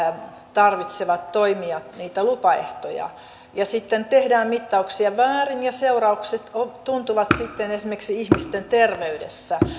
tarvitsevat toimijat niitä lupaehtoja ja sitten tehdään mittauksia väärin ja seuraukset tuntuvat sitten esimerkiksi ihmisten terveydessä